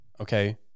okay